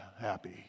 happy